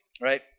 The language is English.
right